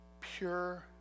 pure